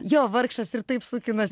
jo vargšas ir taip sukinas